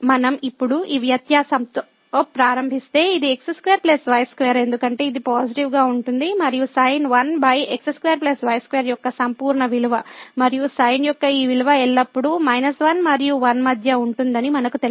మనం ఇప్పుడు ఈ వ్యత్యాసంతో ప్రారంభిస్తే ఇది x2 y2 ఎందుకంటే ఇది పాజిటివ్ గా ఉంటుంది మరియు sin1x2y2 యొక్క సంపూర్ణ విలువ మరియు sin యొక్క ఈ విలువ ఎల్లప్పుడూ −1 మరియు 1 మధ్య ఉంటుందని మనకు తెలుసు